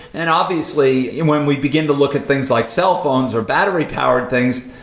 and obviously, when we begin to look at things like cellphones, or battery-powered things,